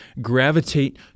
gravitate